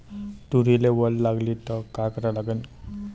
तुरीले वल लागली त का करा लागन?